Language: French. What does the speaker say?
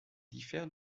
diffère